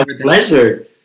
Pleasure